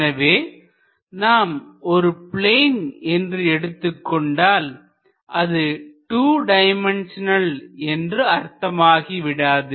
எனவே நாம் ஒரு ப்ளேன் என்று எடுத்துக் கொண்டால் அது 2 டைமென்ஷநல் என்று அர்த்தமாகி விடாது